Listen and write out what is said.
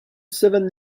seven